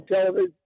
television